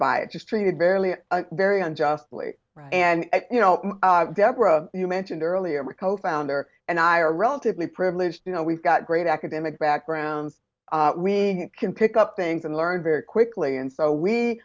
by it just treated fairly very unjustly and you know deborah you mentioned earlier co founder and i are relatively privileged you know we've got great academic background we can pick up things and learn very quickly and so we